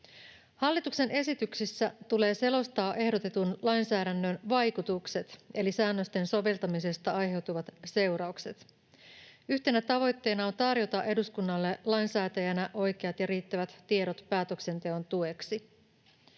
Hallituksen esityksissä tulee selostaa ehdotetun lainsäädännön vaikutukset eli säännösten soveltamisesta aiheutuvat seuraukset. Yhtenä tavoitteena on tarjota eduskunnalle lainsäätäjänä oikeat ja riittävät tiedot päätöksenteon tueksi.